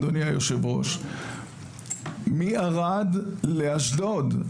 אדוני היושב-ראש מערד לאשדוד,